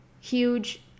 huge